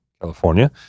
California